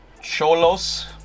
Cholos